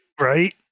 right